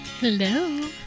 Hello